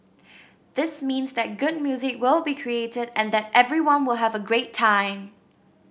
this means that good music will be created and that everyone will have a great time